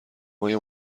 مایه